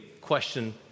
question